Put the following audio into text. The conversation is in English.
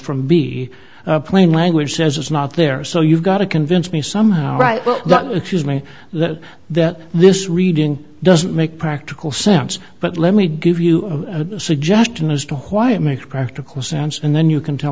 from b plain language says it's not there so you've got to convince me somehow right well the excuse me that that this reading doesn't make practical sense but let me give you a suggestion as to why it makes practical sense and then you can tell